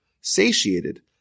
satiated